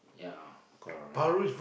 ya correct